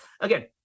again